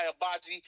Abaji